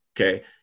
Okay